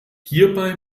hierbei